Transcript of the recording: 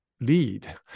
lead